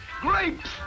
Grapes